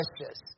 precious